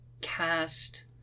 cast